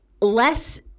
less